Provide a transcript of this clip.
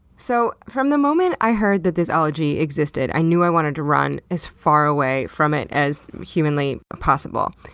so from the moment i heard that this ology existed, i knew i wanted to run as far away from it as humanly possible,